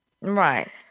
Right